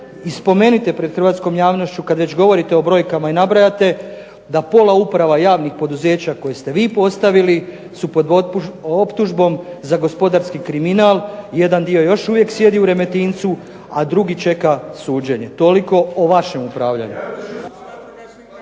I spomenite pred hrvatskom javnošću kada već govorite o brojkama i nabrajate, da pola uprava javnih poduzeća koje ste vi postavili su pod optužbom za gospodarski kriminal. Jedan dio još uvijek sjedi u Remetincu, a drugi čeka suđenje. Toliko o vašem upravljanju.